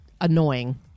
annoying